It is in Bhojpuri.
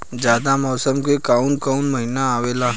जायद मौसम में काउन काउन महीना आवेला?